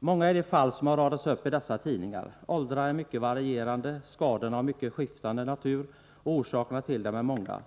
Många är de fall som har radats upp i dessa tidningar. Åldrarna är mycket varierande, skadorna av mycket skiftande natur och orsakerna till dem många.